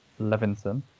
levinson